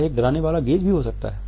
यह एक डराने वाला गेज़ भी हो सकता है